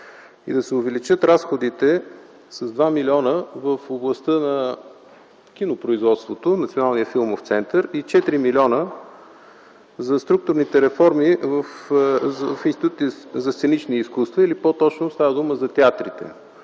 да се увеличат с 2 милиона в областта на кинопроизводството, Националния филмов център, и 4 милиона за структурните реформи в Института за сценични изкуства, по-точно става дума за театрите.